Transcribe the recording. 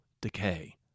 decay